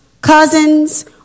cousins